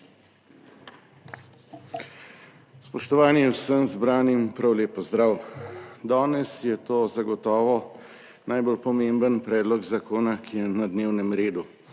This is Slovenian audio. Spoštovani, vsem zbranim prav lep pozdrav! Danes je to zagotovo najbolj pomemben predlog zakona, ki je na dnevnem redu,